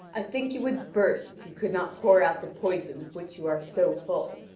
i think you would burst if you could not pour out the poison of which you are so full.